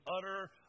utter